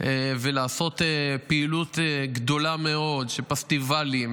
ולעשות פעילות גדולה מאוד של פסטיבלים,